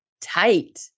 tight